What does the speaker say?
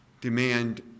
demand